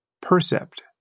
percept